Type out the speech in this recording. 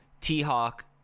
T-Hawk